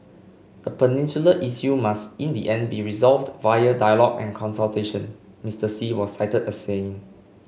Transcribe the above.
the peninsula issue must in the end be resolved via dialogue and consultation Mister Xi was cited as saying